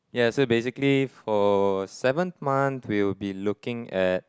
yes so basically for seventh month we will be looking at